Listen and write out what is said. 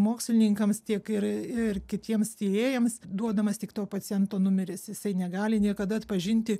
mokslininkams tiek ir ir kitiems tyrėjams duodamas tik to paciento numeris jisai negali niekada atpažinti